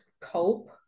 cope